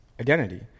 identity